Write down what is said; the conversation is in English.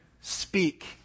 speak